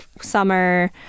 summer